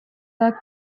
the